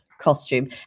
costume